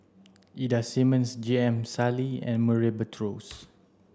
Ida Simmons J M Sali and Murray Buttrose